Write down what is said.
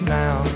now